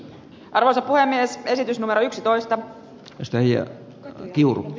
alhainen esitys numero yksitoista piste neljä kiloa